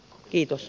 kiitos